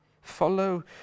follow